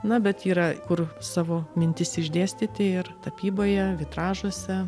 na bet yra kur savo mintis išdėstyti ir tapyboje vitražuose